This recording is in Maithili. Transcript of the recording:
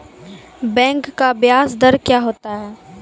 बैंक का ब्याज दर क्या होता हैं?